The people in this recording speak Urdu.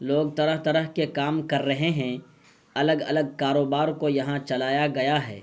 لوگ طرح طرح کے کام کر رہے ہیں الگ الگ کاروبار کو یہاں چلایا گیا ہے